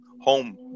home